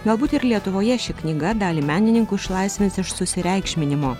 galbūt ir lietuvoje ši knyga dalį menininkų išlaisvins iš susireikšminimo